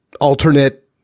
alternate